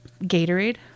Gatorade